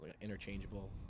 interchangeable